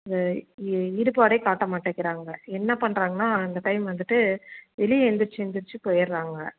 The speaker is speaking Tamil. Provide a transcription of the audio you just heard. ஈடுபாடே காட்ட மாட்டேங்கிறாங்க என்ன பண்ணுறாங்கன்னா அந்த டைம் வந்துட்டு வெளியே எந்திருச்சு எந்திருச்சு போயிடறாங்க